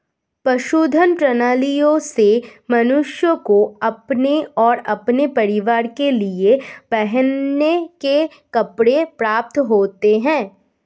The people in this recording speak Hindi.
पशुधन प्रणालियों से मनुष्य को अपने और अपने परिवार के लिए पहनने के कपड़े प्राप्त होते हैं